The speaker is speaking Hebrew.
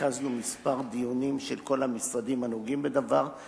ריכזנו כמה דיונים של כל המשרדים הנוגעים בדבר,